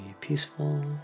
peaceful